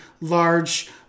large